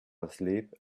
asleep